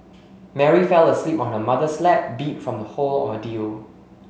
Mary fell asleep on her mother's lap beat from the whole ordeal